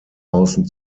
außen